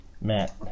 Matt